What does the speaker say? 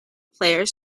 players